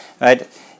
right